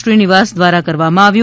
શ્રીનિવાસ દ્વારા કરવામાં આવ્યું